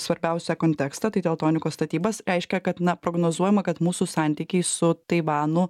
svarbiausią kontekstą tai teltonikos statybas reiškia kad na prognozuojama kad mūsų santykiai su taivanu